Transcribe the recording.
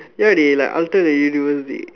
ya dey like alter the universe dey